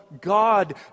God